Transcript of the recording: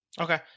Okay